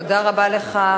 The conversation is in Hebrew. תודה רבה לך,